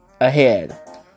ahead